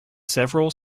several